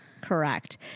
Correct